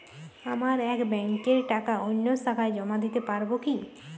আমার এক ব্যাঙ্কের টাকা অন্য শাখায় জমা দিতে পারব কি?